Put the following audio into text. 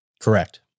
Correct